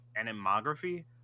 animography